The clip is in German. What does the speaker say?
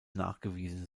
nachgewiesen